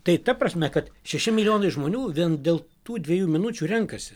tai ta prasme kad šeši milijonai žmonių vien dėl tų dviejų minučių renkasi